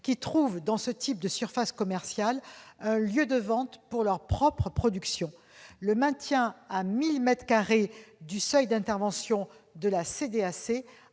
ils trouvent dans ce type de surface commerciale un lieu de vente pour leur propre production. Le maintien à 1 000 mètres carrés du seuil d'intervention de la CDAC